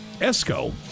Esco